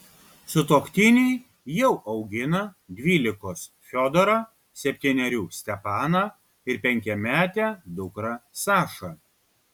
sutuoktiniai jau augina dvylikos fiodorą septynerių stepaną ir penkiametę dukrą sašą